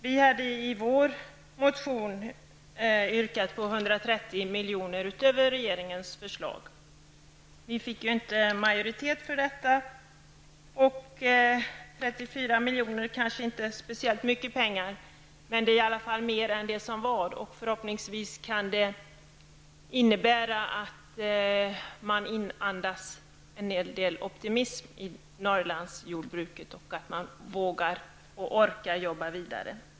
Vi hade i vår motion yrkat på 130 miljoner utöver regeringens förslag. Vi fick inte majoritet för detta. 34 miljoner kanske inte är speciellt mycket pengar, men det är i alla fall mer än det som ursprungligen föreslogs. Förhoppningsvis kan det innebära att det tillförs en del optimism i Norrlandsjordbruket, så att man där vågar och orkar jobba vidare.